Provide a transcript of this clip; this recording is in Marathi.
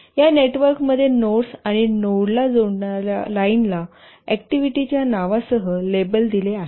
या नेटवर्कमध्ये नोड्स आणि नोडला जोडणार्या लाईनला ऍक्टिव्हिटीच्या नावांसह लेबल दिले आहेत